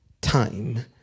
time